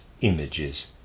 images